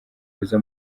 beza